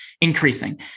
increasing